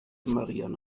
marianne